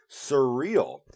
surreal